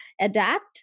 adapt